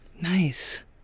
Nice